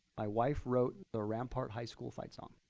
my wife wrote the rampart high school fight song.